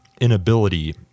inability